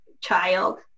child